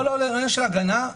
לא עניין של ההגנה.